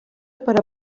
per